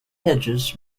hedges